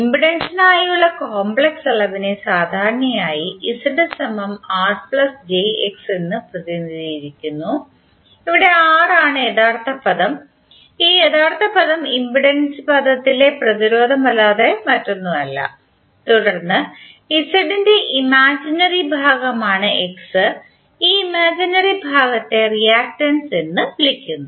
ഇംപെഡൻസിനായുള്ള complex അളവിനെ സാധാരണയായി എന്ന് പ്രതിനിധീകരിക്കുന്നു ഇവിടെ R ആണ് യഥാർത്ഥ പദം ഈ യഥാർത്ഥ പദം ഇംപെഡൻസ് പദത്തിലെ പ്രതിരോധമല്ലാതെ മറ്റൊന്നുമല്ല തുടർന്ന് ന്റെ ഇമാജിനറി ഭാഗമാണ് X ഈ ഇമാജിനറി ഭാഗത്തെ റിയാക്ടൻസ് എന്ന് വിളിക്കുന്നു